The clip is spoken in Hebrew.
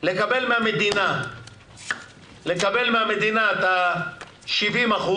לקבל מהמדינה את ה-70%